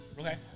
okay